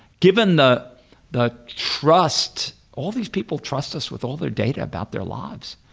given the the trust, all these people trust us with all their data about their lives.